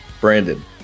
Brandon